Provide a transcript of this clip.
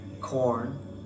corn